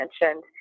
mentioned